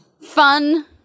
fun